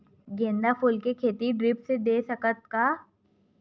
गेंदा फूल के खेती पानी ड्रिप से दे सकथ का?